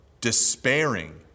despairing